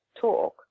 talk